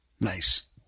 Nice